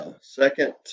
second